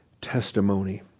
testimony